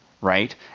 right